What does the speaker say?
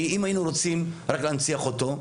אם היינו רוצים רק להנציח אותו,